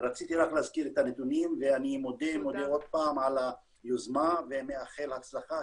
רציתי רק להזכיר את הנתונים ואני מודה עוד פעם על היוזמה ומאחל הצלחה,